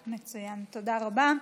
מצוין, תודה רבה.